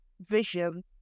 vision